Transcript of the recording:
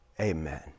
amen